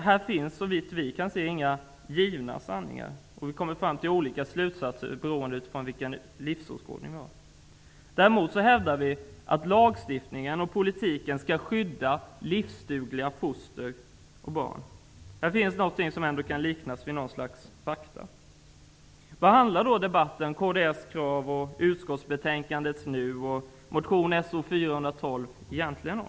Det finns, såvitt vi kan se, inga givna sanningar. Man kommer fram till olika slutsatser beroende på vilken livsåskådning man har. Däremot hävdar vi att lagstiftningen och politiken skall skydda livsdugliga foster och barn. I detta finns något som kan liknas vid fakta. Vad handlar då debatten, kds krav, utskottsbetänkandets ''nu'' och motion So412 egentligen om?